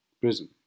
prison